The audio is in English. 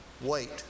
wait